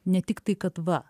ne tik tai kad va